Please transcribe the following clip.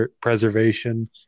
preservation